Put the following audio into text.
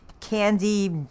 candy